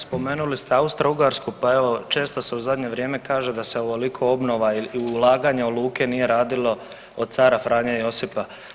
Spomenuli ste Austro-Ugarsku, pa evo često se u zadnje vrijeme kaže da se ovoliko obnova i ulaganja u luke nije radilo od cara Franje Josipa.